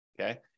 okay